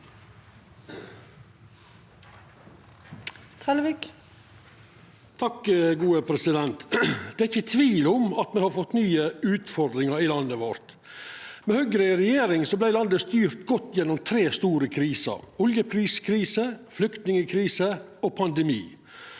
(H) Det er ikkje tvil om at me har fått nye utfordringar i landet vårt. Med Høgre i regjering vart landet styrt godt gjennom tre store kriser – oljepriskrise, flyktningkrise og pandemi.